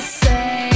say